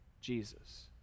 Jesus